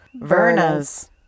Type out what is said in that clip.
Verna's